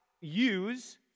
use